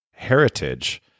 heritage